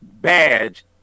badge